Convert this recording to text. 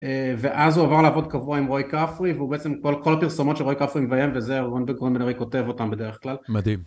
ואז הוא עבר לעבוד קבוע עם רועי כפרי, והוא בעצם כל הפרסומות שרועי כפרי מביים, וזה רון בגרונד מנרי כותב אותן בדרך כלל. מדהים.